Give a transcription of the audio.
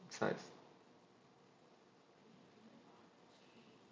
size